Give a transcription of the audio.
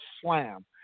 slam